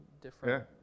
different